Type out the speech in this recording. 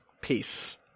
Peace